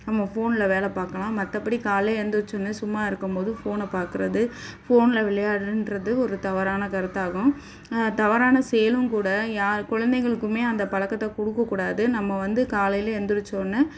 நம்ம ஃபோனில் வேலை பார்க்கலாம் மற்றபடி காலையில் எழுந்திரிச்சவொன்னே சும்மா இருக்கும் போது ஃபோனை பார்க்கறது ஃபோனில் விளையாடுறேன்றது ஒரு தவறான கருத்தாகும் தவறான செயலும் கூட யார் குழந்தைங்களுக்குமே அந்த பழக்கத்த கொடுக்கக்கூடாது நம்ம வந்து காலையில் எழுந்திரிச்சவொன்னே